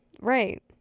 right